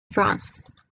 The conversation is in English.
france